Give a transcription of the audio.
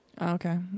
Okay